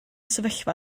sefyllfa